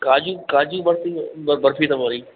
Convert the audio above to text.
काजू काजू बर्फी बर्फी अथव वरी